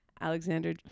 alexander